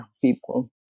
people